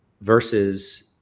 versus